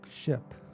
ship